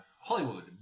Hollywood